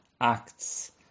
acts